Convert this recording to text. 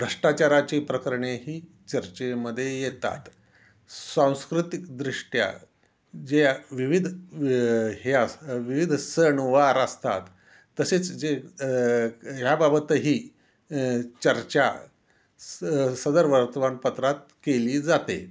भ्रष्टाचाराची प्रकरणे ही चर्चेमध्ये येतात सांस्कृतिकदृष्ट्या जे विविध हे अस विविध सणवार असतात तसेच जे ह्याबाबतही चर्चा स सदर वर्तमानपत्रात केली जाते